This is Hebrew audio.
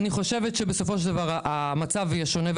אני חושבת שבסופו של דבר המצב יהיה שונה.